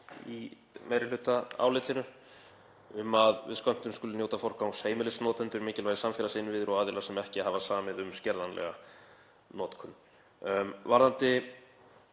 í meirihlutaálitinu um að við skömmtun skuli njóta forgangs heimilisnotendur, mikilvægir samfélagsinnviðir og aðilar sem ekki hafa samið um skerðanlega notkun. Varðandi